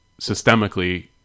systemically